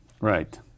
Right